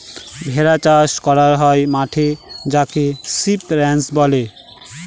ভেড়া চাষ করা হয় মাঠে যাকে সিপ রাঞ্চ বলে